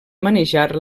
manejar